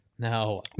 No